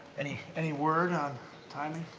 any any word on timing?